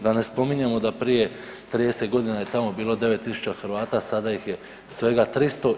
Da ne spominjemo da prije 30 godina je tamo bilo 9000 Hrvata, a sada ih je svega 300.